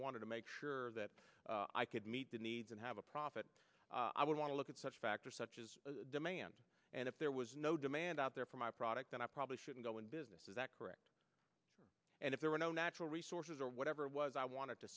wanted to make sure that i could meet the needs and have a profit i would want to look at such factors such as demand and if there was no demand out there for my product then i probably shouldn't go in business is that correct and if there were no natural resources or whatever it was i wanted to